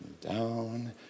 down